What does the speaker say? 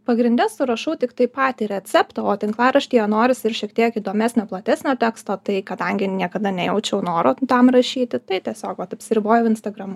pagrinde surašau tiktai patį receptą o tinklaraštyje norisi ir šiek tiek įdomesnio platesnio teksto tai kadangi niekada nejaučiau noro tam rašyti tai tiesiog vat apsiribojau instagramu